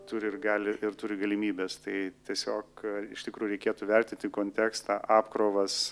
turi ir gali ir turi galimybes tai tiesiog iš tikrųjų reikėtų vertinti kontekstą apkrovas